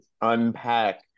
unpack